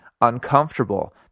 uncomfortable